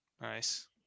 Nice